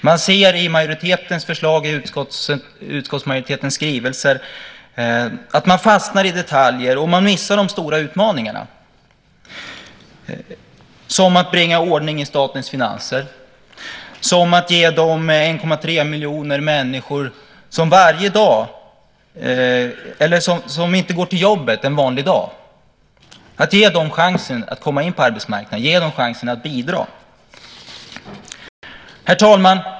Vi ser i utskottsmajoritetens förslag och skrivningar att man fastnar i detaljer och missar de stora utmaningarna - som att bringa ordning i statens finanser, som att ge de 1,3 miljoner människor som en vanlig dag inte går till jobbet chansen att komma in på arbetsmarknaden, ge dem chansen att bidra. Herr talman!